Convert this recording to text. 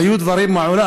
היו דברים מעולם.